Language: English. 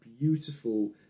beautiful